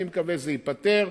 אני מקווה שזה ייפתר.